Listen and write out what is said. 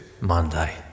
Monday